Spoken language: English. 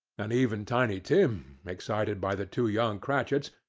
and even tiny tim, excited by the two young cratchits,